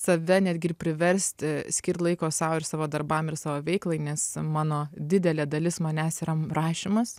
save netgi ir priversti skirt laiko sau ir savo darbam ir savo veiklai nes mano didelė dalis manęs yra rašymas